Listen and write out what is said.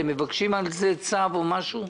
אתם מבקשים על זה צו או משהו?